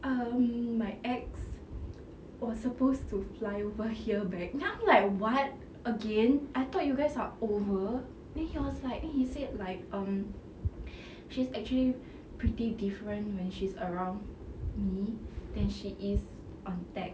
um my ex was supposed to fly over here back then I'm like what again I thought you guys are over then he was like then he said like um she's actually pretty different when she's around me then she is on text